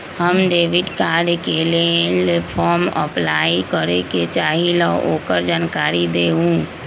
हम debit card के लेल फॉर्म अपलाई करे के चाहीं ल ओकर जानकारी दीउ?